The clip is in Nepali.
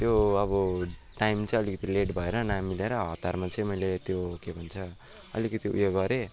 त्यो अब टाइम चाहिँ अलिकति लेट भएर नमिलेर हतारमा चाहिँ मैले त्यो के भन्छ अलिकति उयो गरेँ